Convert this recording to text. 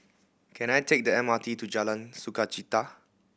can I take the M R T to Jalan Sukachita